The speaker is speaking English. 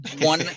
one